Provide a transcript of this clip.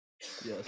Yes